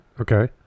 Okay